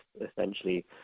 essentially